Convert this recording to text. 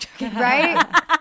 right